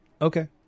Okay